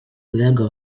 lego